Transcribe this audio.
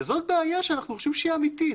וזאת בעיה שאנחנו חושבים שהיא אמיתית.